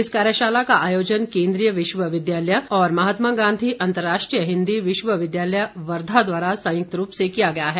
इस कार्यशाला का आयोजन केन्द्रीय विश्वविद्यालय और महात्मा गांधी अंतर्राष्ट्रीय हिंदी विश्वविद्यालय वर्घा द्वारा संयुक्त रूप से किया गया है